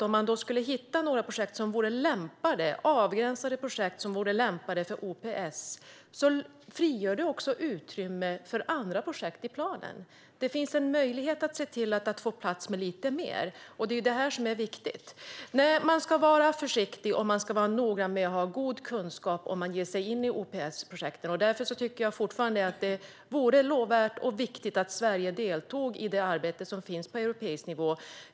Om man skulle hitta några avgränsade projekt som lämpade sig för OPS menar jag att detta också skulle frigöra utrymme för andra projekt i planen. Det finns en möjlighet att få plats med lite mer, och det är detta som är viktigt. Man ska vara försiktig, och man ska vara noga med att ha god kunskap om man ger sig in i OPS-projekt. Därför tycker jag fortfarande att det vore lovvärt och viktigt om Sverige deltog i det arbete som görs på europeisk nivå.